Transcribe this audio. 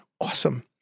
Awesome